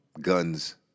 Guns